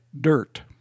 dirt